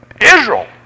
Israel